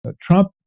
Trump